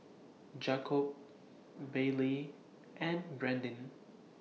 Jakob Baylee and Brandan